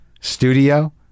studio